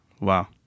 Wow